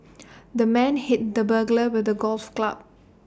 the man hit the burglar with A golf's club